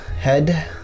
head